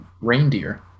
Reindeer